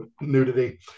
nudity